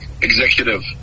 executive